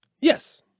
Yes